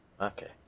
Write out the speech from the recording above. Okay